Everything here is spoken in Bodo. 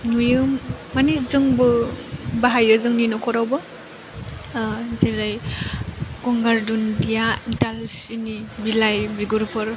नुयो माने जोंबो बाहायो जोंनि नख'रावबो जेरै गंगार दुन्दिया दालसिनि बिलाइ बिगुरफोर